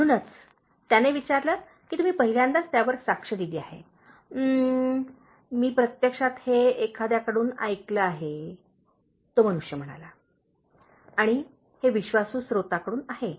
म्हणूनच त्याने विचारले की तुम्ही पहिल्यांदाच त्यावर साक्ष दिली आहे "उम् मी प्रत्यक्षात हे एखाद्याकडून ऐकले आहे" तो मनुष्य म्हणाला आणि हे विश्वासू स्रोताकडून आहे